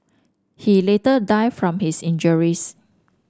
he later die from his injuries